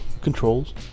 Controls